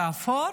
באפור,